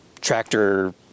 tractor